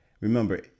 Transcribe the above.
Remember